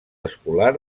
escolar